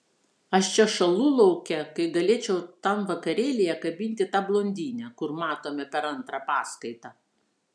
aš čia šąlu lauke kai galėčiau tam vakarėlyje kabinti tą blondinę kur matome per antrą paskaitą